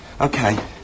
Okay